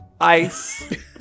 Ice